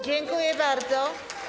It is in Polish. Dziękuję bardzo.